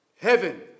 heaven